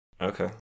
Okay